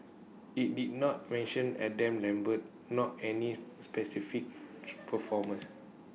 IT did not mention Adam lambert not any specific performers